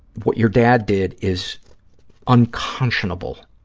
what you dad did is unconscionable,